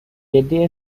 جدی